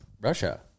Russia